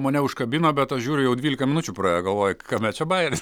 mane užkabino bet aš žiūriu jau dvylika minučių praėjo galvoju kame čia bajeris